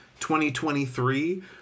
2023